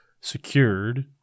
secured